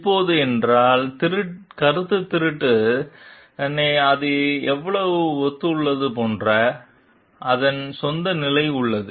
இப்போது என்றால் கருத்துத் திருட்டு தன்னை அது எவ்வளவு ஒத்த உள்ளது போன்ற அதன் சொந்த நிலையில் உள்ளது